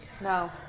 No